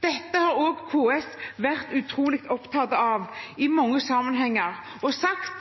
Dette har også KS vært utrolig opptatt av i mange sammenhenger og har sagt